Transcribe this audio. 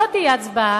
שלא תהיה הצבעה,